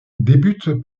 débute